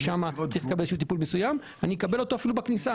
שם אני צריך לקבל טיפול מסוים ולכן אני אקבל אותו אפילו בכניסה